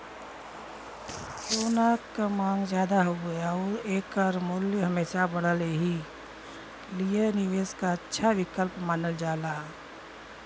सोना क मांग जादा हउवे आउर एकर मूल्य हमेशा बढ़ला एही लिए निवेश क अच्छा विकल्प मानल जाला